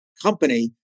company